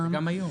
זה גם היום.